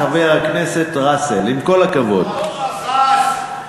חבר הכנסת ראסל, עם כל הכבוד, לא ראסל, גטאס.